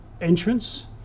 entrance